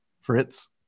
Fritz